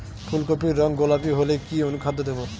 ফুল কপির রং গোলাপী হলে কি অনুখাদ্য দেবো?